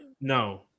No